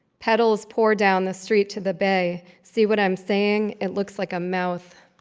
petals pour down the street to the bay. see what i'm saying? it looks like a mouth.